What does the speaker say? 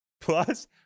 plus